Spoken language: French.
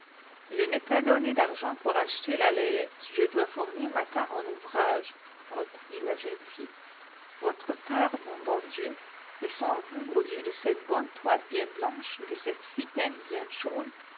je n'ai pas donné d'argent pour acheter la layette je dois fournir ma part en ouvrage reprit la jeune fille votre part mon bon dieu mais sans vous au lieu de cette bonne toile bien blanche de cette futaine bien chaude